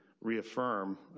reaffirm